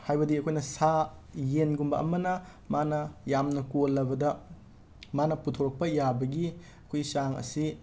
ꯍꯥꯏꯕꯗꯤ ꯑꯩꯈꯣꯏꯅ ꯁꯥ ꯌꯦꯟꯒꯨꯝꯕ ꯑꯃꯅ ꯃꯥꯅ ꯌꯥꯝꯅ ꯀꯣꯜꯂꯕꯗ ꯃꯥꯅ ꯄꯨꯊꯣꯔꯛꯄ ꯌꯥꯕꯒꯤ ꯑꯩꯈꯣꯏꯒꯤ ꯆꯥꯡ ꯑꯁꯤ